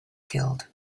killed